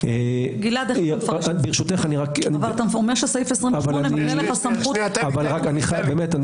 כמה סמים ולא רק סמים